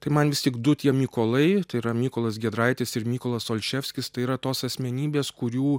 tai man vis tik du tie mykolai tai yra mykolas giedraitis ir mykolas olševskis tai yra tos asmenybės kurių